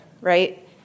right